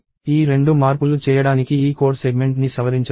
ఈ 2 మార్పులు చేయడానికి ఈ కోడ్ సెగ్మెంట్ని సవరించవచ్చు